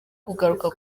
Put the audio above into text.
kugaruka